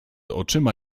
oczyma